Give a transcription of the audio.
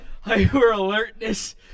hyper-alertness